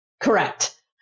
Correct